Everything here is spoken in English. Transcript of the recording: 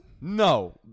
No